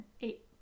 eight